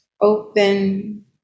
Open